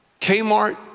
Kmart